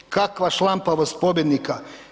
Kakva šlampavost pobjednika.